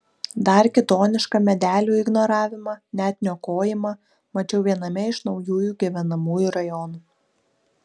dar kitonišką medelių ignoravimą net niokojimą mačiau viename iš naujųjų gyvenamųjų rajonų